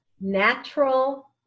natural